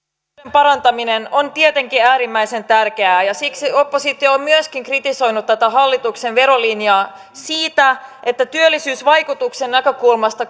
parantaminen on tietenkin äärimmäisen tärkeää ja siksi oppositio on myöskin kritisoinut tätä hallituksen verolinjaa siitä että työllisyysvaikutuksen näkökulmasta